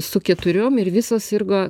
su keturiom ir visos sirgo